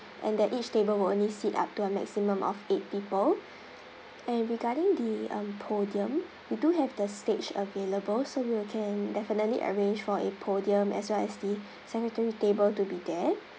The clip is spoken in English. and that each table will only sit up to a maximum of eight people and regarding the um podium we do have the stage available so you can definitely arrange for a podium as well as the secretary table to be there